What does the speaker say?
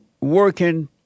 working